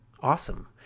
Awesome